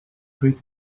group